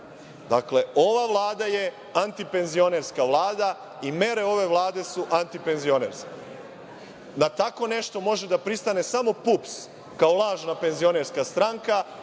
Dakle, ova Vlada je antipenzionerska vlada i mere ove Vlade su antipenzionerske. Na tako nešto može da pristane samo PUPS kao lažna penzionerska stranka,